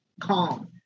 calm